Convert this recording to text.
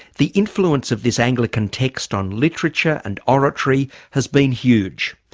the influence of this anglican text on literature and oratory has been huge,